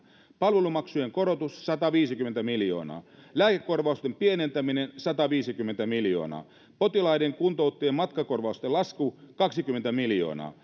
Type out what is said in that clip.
palvelumaksujen korotus sataviisikymmentä miljoonaa lääkekorvausten pienentäminen sataviisikymmentä miljoonaa potilaiden ja kuntoutujien matkakorvausten lasku kaksikymmentä miljoonaa